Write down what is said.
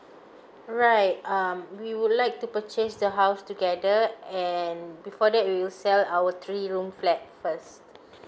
right um we would like to purchase the house together and before that we will sell our three room flat first